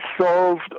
solved